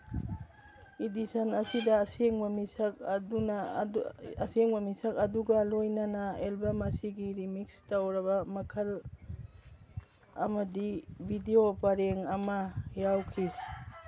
edition ꯑꯁꯤꯗ ꯑꯁꯦꯡꯕ ꯃꯤꯁꯛ ꯑꯗꯨꯅ ꯑꯁꯦꯡꯕ ꯃꯤꯁꯛ ꯑꯗꯨꯒ ꯂꯣꯏꯅꯅ ꯑꯦꯜꯕꯝ ꯑꯁꯤꯒꯤ ꯔꯤꯃꯤꯛꯁ ꯇꯧꯔꯕ ꯃꯈꯜ ꯑꯃꯗꯤ ꯚꯤꯗꯤꯑꯣ ꯄꯔꯦꯡ ꯑꯃ ꯌꯥꯎꯈꯤ